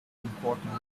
important